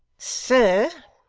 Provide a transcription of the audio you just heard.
sir,